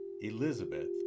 Elizabeth